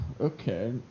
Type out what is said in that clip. Okay